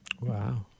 Wow